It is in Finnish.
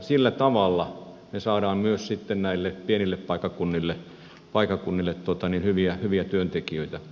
sillä tavalla me saamme myös näille pienille paikkakunnille hyviä työntekijöitä